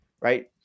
right